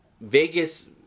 Vegas